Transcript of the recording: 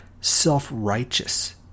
self-righteous